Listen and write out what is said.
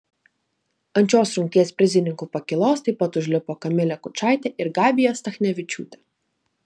ant šios rungties prizininkų pakylos taip pat užlipo kamilė kučaitė ir gabija stachnevičiūtė